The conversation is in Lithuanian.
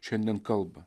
šiandien kalba